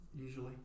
usually